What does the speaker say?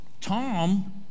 Tom